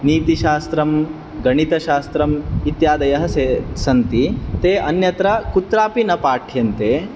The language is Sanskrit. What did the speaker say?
नीतिशास्त्रं गणितशास्त्रम् इत्यादयः सन्ति ते अन्यत्र कुत्रापि न पाठ्यन्ते